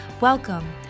Welcome